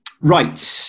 Right